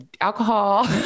alcohol